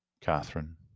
Catherine